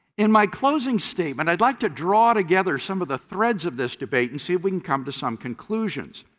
in my closing statement, i would like to draw together some of the threads of this debate and see if we can come to some conclusions.